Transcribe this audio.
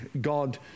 God